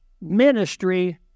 ministry